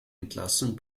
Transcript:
entlassung